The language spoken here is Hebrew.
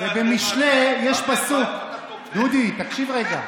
במשלי יש פסוק, דודי, תקשיב רגע.